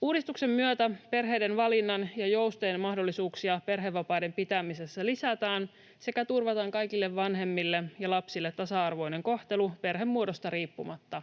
Uudistuksen myötä perheiden valinnan ja joustojen mahdollisuuksia perhevapaiden pitämisessä lisätään sekä turvataan kaikille vanhemmille ja lapsille tasa-arvoinen kohtelu perhemuodosta riippumatta.